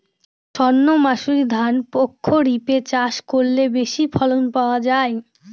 সর্ণমাসুরি ধান প্রক্ষরিপে চাষ করলে বেশি ফলন পাওয়া যায়?